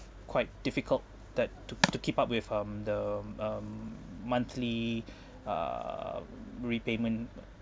quite difficult that to to keep up with um the um monthly uh repayment